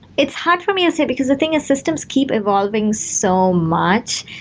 it's hard for me to say, because the thing is systems keep evolving so much,